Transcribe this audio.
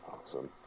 Awesome